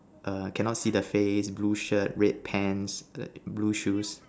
err cannot see the face blue shirt red pants blue shoes